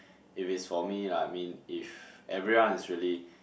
if is for me lah I mean if everyone is really